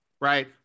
right